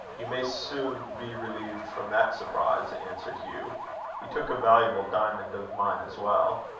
you may soon be relieved from that surprise, answered hugh he took a valuable diamond of mine as well.